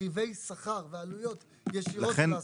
רכיבי שכר ועלויות ישירות.